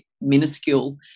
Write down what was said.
minuscule